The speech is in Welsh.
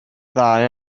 dda